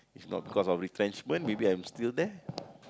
if not because of retrenchment maybe I'm still there